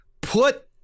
Put